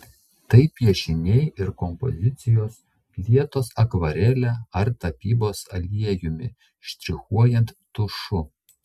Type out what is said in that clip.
tai piešiniai ir kompozicijos lietos akvarele ar tapybos aliejumi štrichuojant tušu